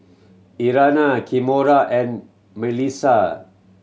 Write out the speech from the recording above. Irena Kimora and Mellisa